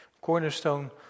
Cornerstone